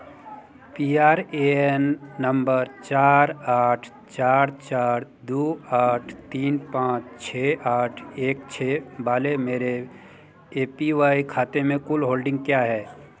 P R A N number चार आठ चार चार दो आठ तीन पाँच छः आठ एक छः वाले मेरे ए पी वाई खाते में कुल होल्डिंग क्या है